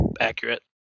accurate